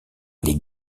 les